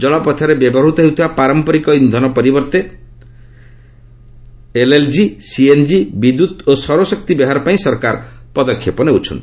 ଜଳପଥରେ ବ୍ୟବହୃତ ହେଉଥିବା ପାରମ୍ପରିକ ଇନ୍ଧନ ପରିବର୍ତ୍ତେ ଏଲ୍ଏଲ୍ଜି ସିଏନ୍ଜି ବିଦ୍ୟୁତ୍ ଓ ଶୌର ଶକ୍ତି ବ୍ୟବହାର ପାଇଁ ସରକାର ପଦକ୍ଷେପ ନେଉଛନ୍ତି